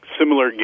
similar